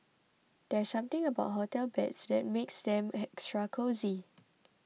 there's something about hotel beds that makes them extra cosy